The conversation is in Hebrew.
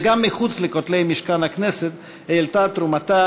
וגם מחוץ לכותלי משכן הכנסת העלתה תרומתה